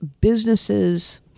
businesses